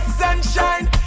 sunshine